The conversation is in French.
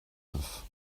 neuf